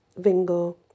Vingo